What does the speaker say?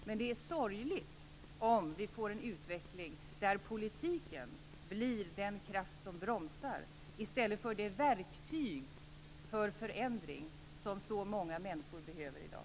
Men det är sorgligt om vi får en utveckling där politiken blir den kraft som bromsar i stället för det verktyg för förändring som så många människor behöver i dag.